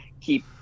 keep